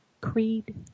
creed